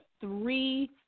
three